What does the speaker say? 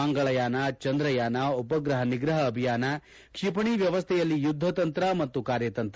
ಮಂಗಳಯಾನ ಚಂದ್ರಯಾನ ಉಪಗ್ರಹ ನಿಗ್ರಹ ಅಭಿಯಾನ ಕ್ಷಿಪಣಿ ವ್ಯವಸ್ಥೆಯಲ್ಲಿ ಯುದ್ದತಂತ್ರ ಮತ್ತು ಕಾರ್ಯತಂತ್ರ